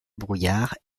brouillard